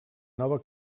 nova